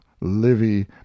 Livy